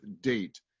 date